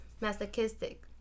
masochistic